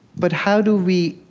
but how do we,